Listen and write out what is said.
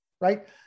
right